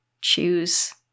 choose